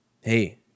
Hey